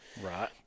right